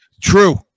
True